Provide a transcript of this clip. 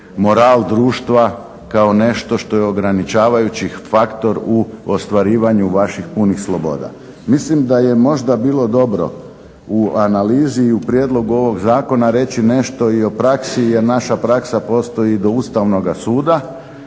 moral društva kao nešto što je ograničavajući faktor u ostvarivanju vaših punih sloboda. Mislim da je možda bilo dobro u analizi i u prijedlogu ovog zakona reći nešto i o praksi jer naša praksa postoji i do Ustavnoga suda